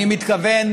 אני מתכוון